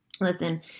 Listen